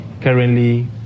currently